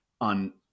on